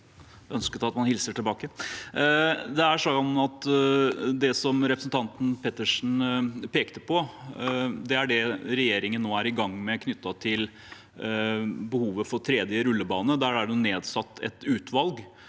hilser tilbake. Det representanten Pettersen pekte på, er det regjeringen nå er i gang med knyttet til behovet for tredje rullebane. Der er det nedsatt et utvalg,